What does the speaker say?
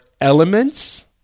elements